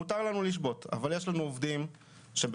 מותר לנו לשבות אבל יש לנו עובדים שבמשך